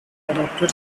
adapted